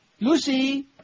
Lucy